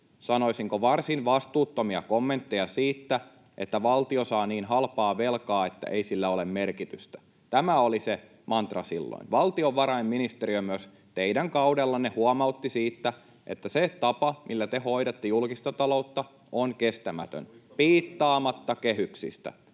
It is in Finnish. sanoisinko, varsin vastuuttomia kommentteja siitä, että valtio saa niin halpaa velkaa, että ei sillä ole merkitystä. Tämä oli se mantra silloin. Valtiovarainministeriö myös teidän kaudellanne huomautti siitä, että se tapa, millä te hoidatte julkista taloutta, on kestämätön, piittaamatta kehyksistä.